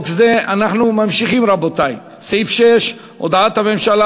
לב', הצעת חוק איסור הלבנת הון (תיקון מס' 11)